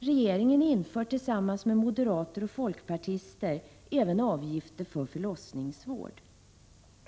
Regeringen inför tillsammans med moderater och folkpartister även avgifter för förlossningsvård.